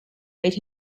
made